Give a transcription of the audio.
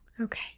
Okay